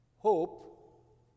Hope